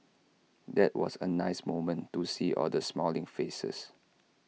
that was A nice moment to see all the smiling faces